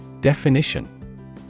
Definition